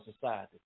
society